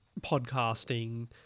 podcasting